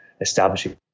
establishing